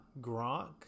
Gronk